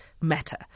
matter